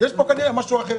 --- יש פה כנראה משהו אחר.